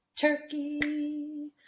turkey